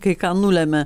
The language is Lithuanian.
kai ką nulemia